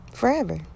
Forever